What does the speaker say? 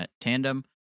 tandem